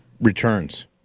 returns